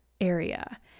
area